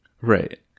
right